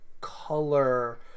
color